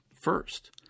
first